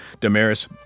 Damaris